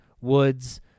woods